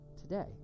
today